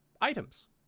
items